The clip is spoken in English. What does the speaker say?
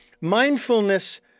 Mindfulness